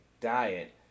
diet